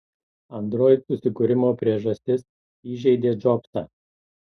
android susikūrimo priežastis įžeidė džobsą